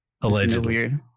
Allegedly